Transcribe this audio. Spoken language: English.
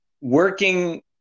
working